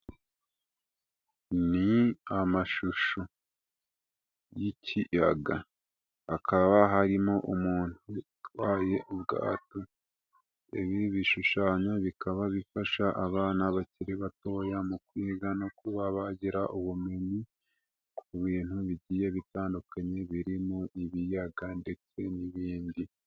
Ni amashusho y'ikiyaga hakaba harimo umuntu utwaye ubwato, ibi bishushanyo bikaba bifasha abana bakiri batoya mu kwiga no kuba bagira ubumenyi ku bintu bigiye bitandukanye birimo ibiyaga ndetse n'ibindi.